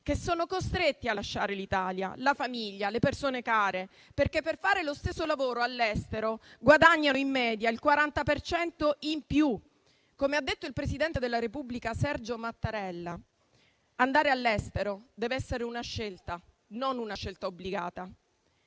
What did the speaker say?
che sono costretti a lasciare l'Italia, la famiglia, le persone care perché, facendo lo stesso lavoro all'estero, guadagnano in media il 40 per cento in più. Come ha detto il presidente della Repubblica Sergio Mattarella, andare all'estero deve essere una scelta, ma non obbligata.